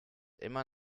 immer